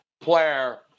player